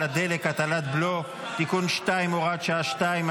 הדלק (הטלת בלו) (תיקון מס' 2 והוראת שעה מס' 2),